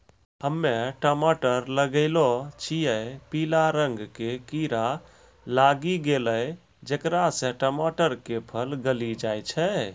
हम्मे टमाटर लगैलो छियै पीला रंग के कीड़ा लागी गैलै जेकरा से टमाटर के फल गली जाय छै?